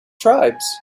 tribes